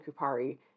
Kupari